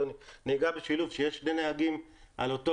אדוני - נהיגה בשילוב כשיש שני נהגים על אותו